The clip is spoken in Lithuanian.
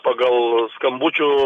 pagal skambučių